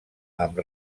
amb